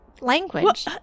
language